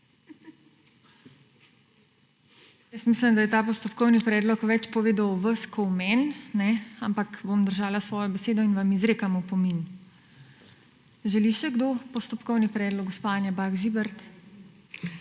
Mislim, da je ta postopkovni predlog več povedal o vas kot o meni, ampak bo držala svojo besedo in vam izrekam opomin. Želi še kdo postopkovni predlog? Gospa Anja Bah Žibert.